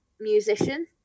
musician